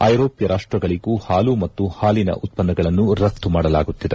ಐರೋಪ್ಡ ರಾಷ್ಟಗಳಗೂ ಹಾಲು ಮತ್ತು ಹಾಲಿನ ಉತ್ಪನ್ನಗಳನ್ನು ರಫ್ತು ಮಾಡಲಾಗುತ್ತಿದೆ